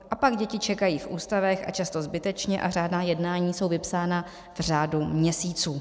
A pak děti čekají v ústavech, a často zbytečně, a řádná jednání jsou vypsána v řádu měsíců.